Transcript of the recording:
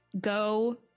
go